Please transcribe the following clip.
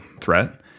threat